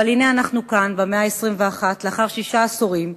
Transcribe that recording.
אבל הנה אנחנו כאן, במאה ה-21, לאחר שישה עשורים,